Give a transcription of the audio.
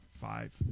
Five